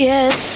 Yes